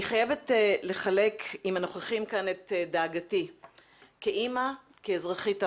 אני חייבת לחלוק עם הנוכחים כאן את דאגתי כאימא וכאזרחית העולם.